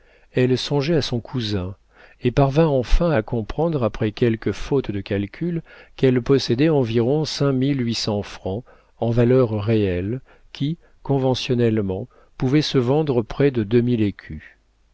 elle songeait à son cousin et parvint enfin à comprendre après quelques fautes de calcul qu'elle possédait environ cinq mille huit cents francs en valeurs réelles qui conventionnellement pouvaient se vendre près de